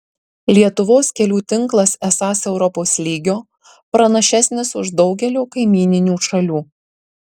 lietuvos kelių tinklas esąs europos lygio pranašesnis už daugelio kaimyninių šalių